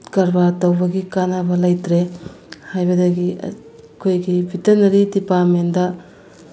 ꯀꯔꯕꯥꯔ ꯇꯧꯕꯒꯤ ꯀꯥꯟꯅꯕ ꯂꯩꯇ꯭ꯔꯦ ꯍꯥꯏꯕꯗꯒꯤ ꯑꯩꯈꯣꯏꯒꯤ ꯚꯦꯇꯅꯔꯤ ꯗꯤꯄꯥꯔꯃꯦꯠꯗ